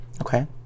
Okay